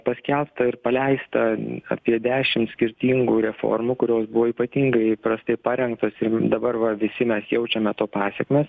paskelbta ir paleista apie dešimt skirtingų reformų kurios buvo ypatingai prastai parengtos ir dabar va visi mes jaučiame to pasekmes